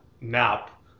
nap